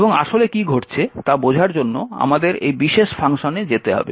এবং আসলে কী ঘটছে তা বোঝার জন্য আমাদের এই বিশেষ ফাংশনে যেতে হবে